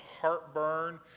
heartburn